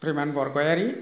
ब्रिमान बरगयारि